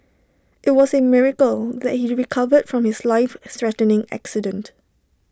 IT was A miracle that he recovered from his life threatening accident